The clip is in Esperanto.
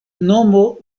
nomo